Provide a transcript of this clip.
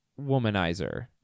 womanizer